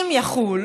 אם יחול,